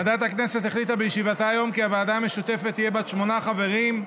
ועדת הכנסת החליטה בישיבתה היום כי הוועדה המשותפת תהיה בת שמונה חברים,